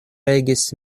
regis